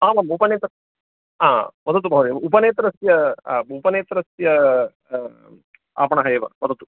आमाम् उपनेत्रं हा वदतु महोदय उपनेत्रस्य उपनेत्रस्य आपणः एव वदतु